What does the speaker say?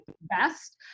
best